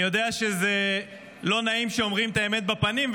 אני יודע שזה לא נעים שאומרים את האמת בפנים,